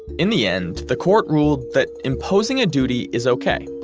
in the end, the court ruled that imposing a duty is okay,